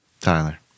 Tyler